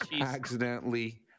accidentally